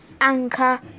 anchor